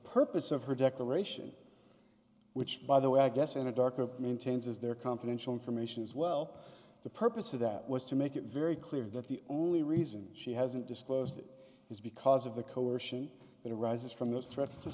purpose of her declaration which by the way i guess anadarko maintains is their confidential information as well the purpose of that was to make it very clear that the only reason she hasn't disclosed it is because of the coercion that arises from those threats to